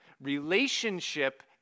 relationship